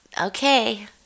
Okay